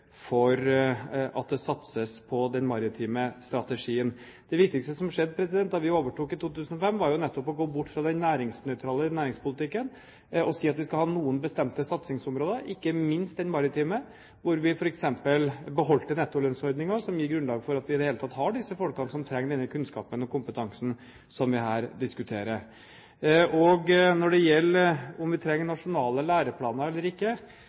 for at det satses på den maritime strategien. Det viktigste som skjedde da vi overtok i 2005, var jo nettopp å gå bort fra den næringsnøytrale næringspolitikken og si at vi skal ha noen bestemte satsingsområder, ikke minst den maritime, hvor vi f.eks. beholdt nettolønnsordningen, som gir grunnlag for at vi i det hele tatt har disse folkene som trenger denne kunnskapen og kompetansen som vi her diskuterer. Om vi trenger nasjonale læreplaner eller ikke